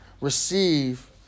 receive